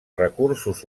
recursos